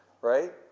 Right